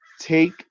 take